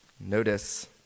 Notice